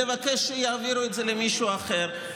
לבקש שיעבירו את זה למישהו אחר,